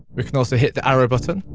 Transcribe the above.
we can also hit the arrow button,